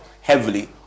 heavily